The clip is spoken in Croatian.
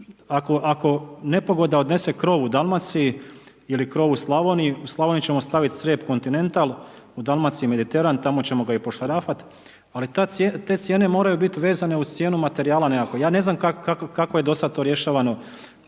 Ako nepogoda odnese krov u Dalmaciji ili krov u Slavoniji, u Slavoniji ćemo staviti crijep kontinental, u Dalmaciji mediteran, tamo ćemo ga i pošarafat, ali te cijene moraju biti vezane uz cijenu materijala nekako. Ja ne znam kako je do sad to rješavano.